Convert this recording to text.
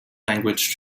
language